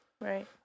Right